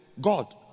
God